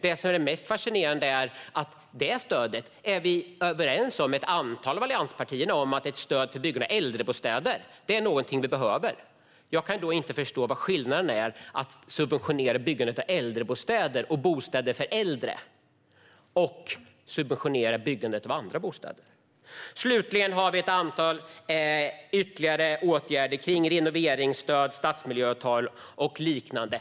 Det mest fascinerande är att vi är överens med ett antal av allianspartierna om att ett stöd för byggande av äldrebostäder är någonting som vi behöver. Jag kan inte förstå vad som är skillnaden mellan att subventionera byggandet av äldrebostäder och bostäder för äldre och att subventionera byggandet av andra bostäder. Slutligen har vi ett antal ytterligare åtgärder gällande renoveringsstöd, stadsmiljöavtal och liknande.